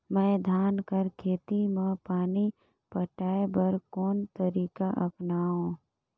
मैं धान कर खेती म पानी पटाय बर कोन तरीका अपनावो?